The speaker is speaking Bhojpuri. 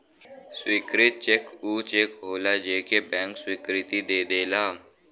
स्वीकृत चेक ऊ चेक होलाजे के बैंक स्वीकृति दे देला